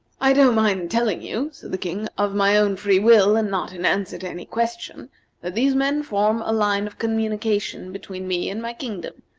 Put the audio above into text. i don't mind telling you, said the king, of my own free will, and not in answer to any question, that these men form a line of communication between me and my kingdom,